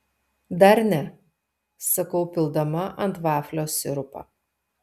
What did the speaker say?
dar ne sakau pildama ant vaflio sirupą